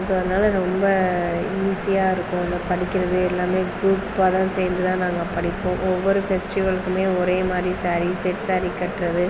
so அதனால் ரொம்ப ஈஸியாக இருக்கும் அங்கே படிக்கிறது எல்லாமே க்ரூப்பாக தான் சேர்ந்து தான் நாங்கள் படிப்போம் ஒவ்வொரு ஃபெஸிட்டிவலுக்குமே ஒரே மாதிரி சாரீஸ் செட் சாரி கட்டுகிறது